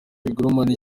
bigirumwami